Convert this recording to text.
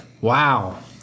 Wow